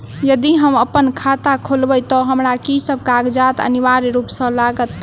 यदि हम अप्पन खाता खोलेबै तऽ हमरा की सब कागजात अनिवार्य रूप सँ लागत?